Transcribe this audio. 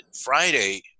Friday